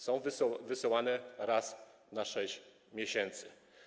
Są wysyłane raz na 6 miesięcy.